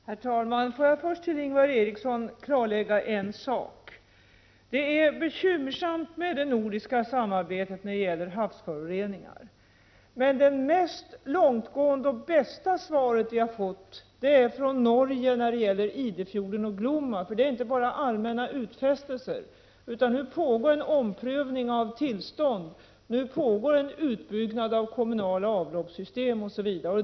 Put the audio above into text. Herr talman! Får jag först klarlägga en sak för Ingvar Eriksson. Det är bekymmersamt med det nordiska samarbetet när det gäller havsföroreningar. Men det mest långtgående och det bästa svaret vi har fått kommer från Norge när det gäller Idrefjorden och Glomma. Det är inte bara allmänna utfästelser. Nu pågår en omprövning av tillstånd, nu pågår en utbyggnad av kommunala avloppssystem osv.